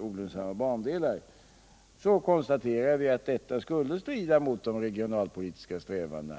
olönsamma bandelar, konstaterade vi att detta skulle strida mot de regionalpolitiska strävandena.